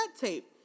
tape